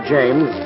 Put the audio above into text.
James